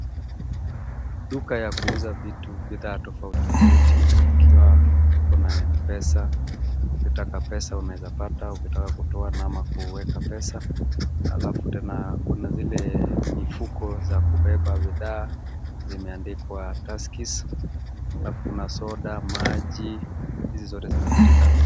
Duka ya kuuza bidhaa tofauti tofauti ikiwa kuna M-Pesa, ukitaka pesa unaezapata, ukitaka kutoa ama kuweka pesa, alafu tena kuna zile mifuko za kubeba bidhaa zimeandikwa Tuskys, alafu kuna soda, maji. Hizi zote zinapatikana.